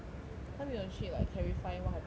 他没有去 like clarify what happened meh